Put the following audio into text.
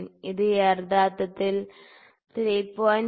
ഇത് യഥാർത്ഥത്തിൽ 3